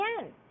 again